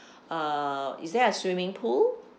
uh is there a swimming pool